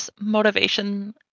motivation